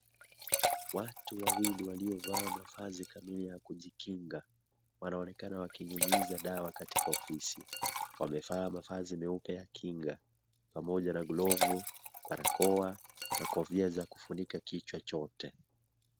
Watu wawilii waliovaa mavazi kamili ya kujikinga wanaonekana wakinyunyiza dawa katika ofisi, wamevaa mavazi meupe ya kinga pamoja na glovu, barakoa na kofia za kufunika kichwa chote.